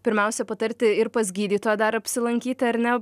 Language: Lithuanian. pirmiausia patarti ir pas gydytoją dar apsilankyti ar ne